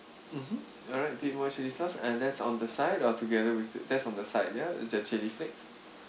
mmhmm alright bit more chilli sauce and that's on the side or together with the that's on the side ya the chilli flakes